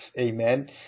amen